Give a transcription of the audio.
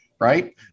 Right